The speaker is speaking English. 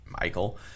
Michael